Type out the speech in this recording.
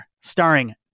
Starring